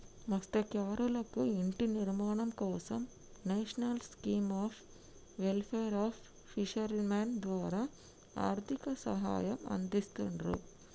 మత్స్యకారులకు ఇంటి నిర్మాణం కోసం national scheme of welfare of fishermen ద్వారా ఆర్థిక సహాయం అందిస్తున్రు